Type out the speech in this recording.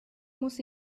muss